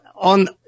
on